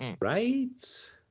right